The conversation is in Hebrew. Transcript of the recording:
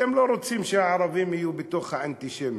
אתם לא רוצים שהערבים יהיו בתוך האנטישמיות,